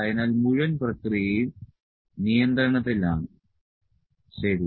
അതിനാൽ മുഴുവൻ പ്രക്രിയയും നിയന്ത്രണത്തിലാണ് ശരി